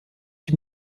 die